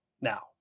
now